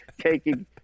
taking